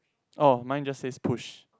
oh mine just says push